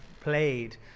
played